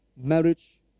marriage